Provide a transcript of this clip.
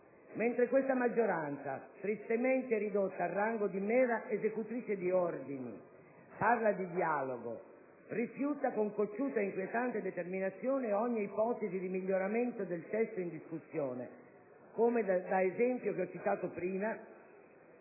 Mentre questa maggioranza - tristemente ridotta al rango di mera esecutrice di ordini - parla di dialogo, rifiuta con cocciuta e inquietante determinazione ogni ipotesi di miglioramento del testo in discussione - come risulta dall'esempio citato poc'anzi